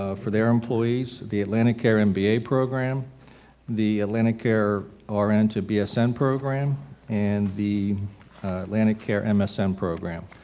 ah for their employees the atlanticare m b a. program the atlanticare r n. to b s n. program and the atlanticare m s n. program.